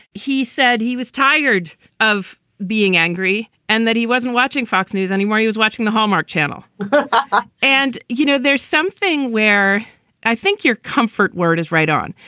he said he was tired of being angry and that he wasn't watching fox news anymore. he was watching the hallmark channel. but and, you know, there's something where i think your comfort where it is right on.